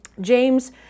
James